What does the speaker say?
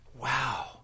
Wow